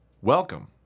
welcome